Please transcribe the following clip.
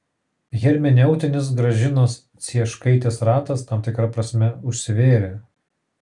hermeneutinis gražinos cieškaitės ratas tam tikra prasme užsivėrė